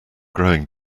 growing